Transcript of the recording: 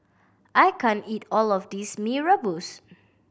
I can't eat all of this Mee Rebus